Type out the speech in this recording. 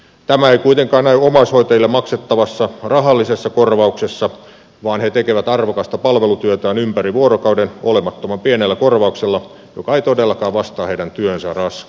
tämä ei kuitenkaan näy omaishoitajille maksettavassa rahallisessa korvauksessa vaan he tekevät arvokasta palvelutyötään ympäri vuorokauden olemattoman pienellä korvauksella joka ei todellakaan vastaa heidän työnsä raskautta